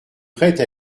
prête